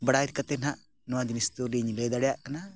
ᱵᱟᱲᱟᱭ ᱠᱟᱛᱮᱫ ᱦᱟᱸᱜ ᱱᱚᱣᱟ ᱡᱤᱱᱤᱥ ᱫᱚᱞᱤᱧ ᱞᱟᱹᱭ ᱫᱟᱲᱮᱭᱟᱜ ᱠᱟᱱᱟ